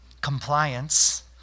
compliance